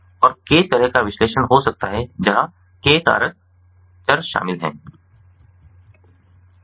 और यह k तरह का विश्लेषण हो सकता है जहां k कारक चर शामिल हैं